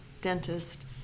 dentist